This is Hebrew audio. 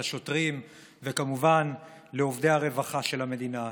לשוטרים וכמובן לעובדי הרווחה של המדינה.